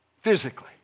physically